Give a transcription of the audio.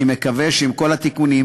אני מקווה שעם כל התיקונים,